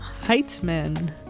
Heitzman